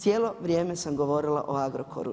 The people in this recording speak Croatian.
Cijelo vrijeme sam govorila o Agrokoru.